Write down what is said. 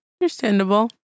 Understandable